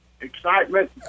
excitement